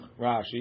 Rashi